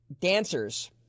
Dancers